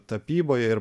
tapyboje ir